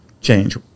change